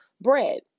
bread